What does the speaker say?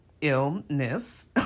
illness